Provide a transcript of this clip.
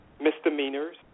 misdemeanors